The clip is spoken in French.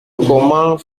comment